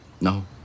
No